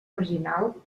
marginal